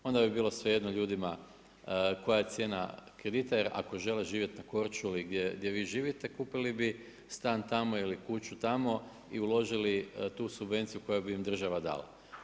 Onda bi bilo svejedno ljudima koja je cijena kredita jer ako žele živjeti na Korčuli gdje vi živite, kupili bi stan tamo ili kuću tamo i uložili tu subvenciju koju bi im država dala.